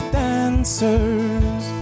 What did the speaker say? dancers